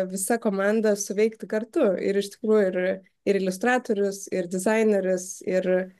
visa komanda suveikti kartu ir iš tikrųjų ir ir iliustratorius ir dizaineris ir